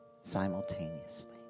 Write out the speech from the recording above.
simultaneously